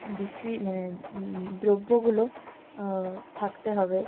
বিক্রির মানে দ্রব্যগুলো থাকতে হবে